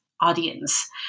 audience